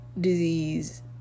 disease